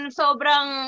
sobrang